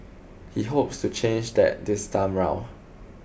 he hopes to change that this time round